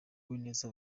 uwineza